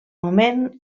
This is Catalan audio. moment